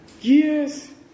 Yes